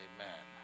Amen